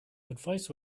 advice